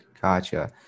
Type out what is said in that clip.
Gotcha